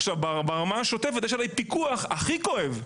עכשיו, ברמה השוטפת יש עליי פיקוח הכי כואב.